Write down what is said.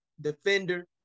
defender